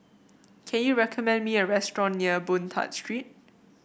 can you recommend me a restaurant near Boon Tat Street